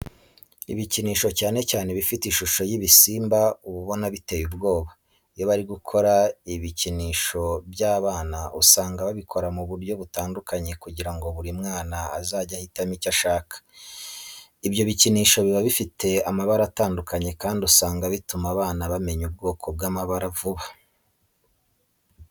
Ibikinisho cyane cyane ibifite ishusho z'ibisimba uba ubona biteye ubwoba. Iyo bari gukora ibikinisho by'abana usanga babikora mu buryo butandukanye kugira ngo buri mwana azajye ahitamo icyo ashaka. Ibyo bikinisho biba bifite amabara atandukanye kandi usanga bituma abana bamenya ubwoko bw'amabara vuba.